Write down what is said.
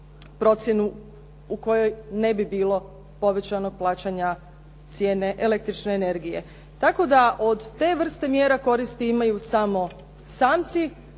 procjenu u kojoj ne bi bilo povećanog plaćanja cijene električne energije. Tako da od te vrste mjera koristi imaju samo samci,